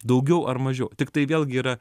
daugiau ar mažiau tik tai vėlgi yra